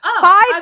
Five